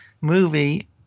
movie